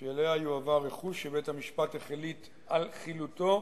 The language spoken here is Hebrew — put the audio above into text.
שאליה יועבר רכוש שבית-המשפט החליט על חילוטו,